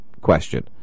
question